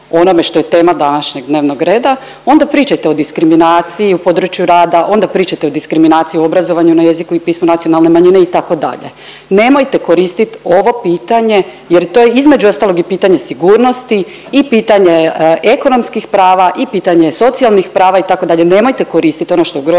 onome što je tema današnjeg dnevnog reda, onda pričajte do diskriminaciji u području rada, onda pričajte o diskriminaciji u obrazovanju na jeziku i pismu nacionalne manjine, itd. Nemojte koristiti ovo pitanje jer to je, između ostalog i pitanje sigurnosti i pitanje ekonomskih prava i pitanje socijalnih prava, itd., nemojte koristiti ono što ugrožava